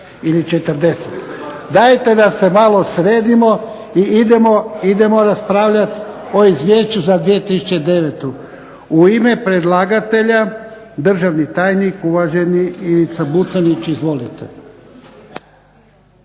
Dajte da se malo sredimo i idemo raspravljati o izvješću za 2009. U ime predlagatelja državni tajnik uvaženi Ivica Buconjić, izvolite.